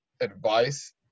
advice